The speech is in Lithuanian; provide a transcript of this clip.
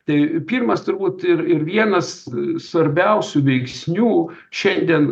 tai pirmas turbūt ir ir vienas svarbiausių veiksnių šiandien